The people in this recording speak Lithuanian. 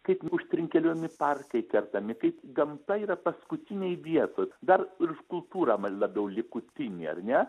kaip užtrinkelimi parkai kertami kaip gamta yra paskutinėj vietoj dar už kultūrą man labiau likutinė ar ne